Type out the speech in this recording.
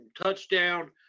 touchdown